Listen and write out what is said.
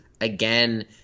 Again